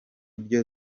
byo